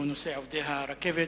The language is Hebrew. הוא נושא עובדי הרכבת.